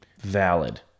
valid